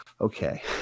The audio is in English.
okay